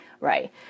right